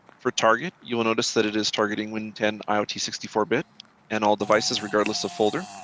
for target, you'll notice that it is targeting win ten iot sixty four bit and all devices regardless of folder.